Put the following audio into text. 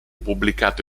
pubblicato